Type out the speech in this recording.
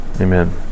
amen